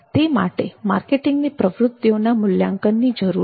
તે માટે માર્કેટિંગની પ્રવૃત્તિઓના મૂલ્યાંકનની જરૂર છે